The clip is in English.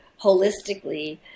holistically